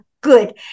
Good